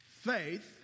faith